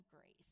grace